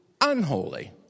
unholy